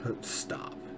stop